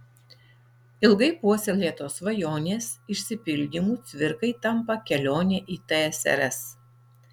ilgai puoselėtos svajonės išsipildymu cvirkai tampa kelionė į tsrs